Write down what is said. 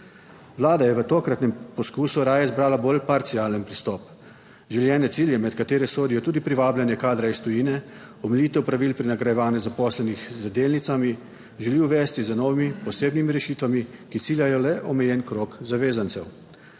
Vlada je v tokratnem poskusu raje izbrala bolj parcialen pristop; želene cilje, med katere sodijo tudi privabljanje kadra iz tujine, omejitev pravil pri nagrajevanju zaposlenih z delnicami, želi uvesti z novimi, posebnimi rešitvami, ki ciljajo le omejen krog zavezancev.